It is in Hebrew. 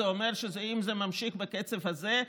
זה אומר שאם זה ממשיך בקצב הזה,